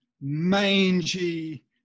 mangy